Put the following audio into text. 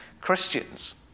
Christians